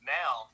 now